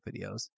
videos